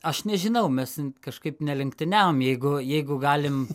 aš nežinau mes kažkaip nelenktyniavom jeigu jeigu galim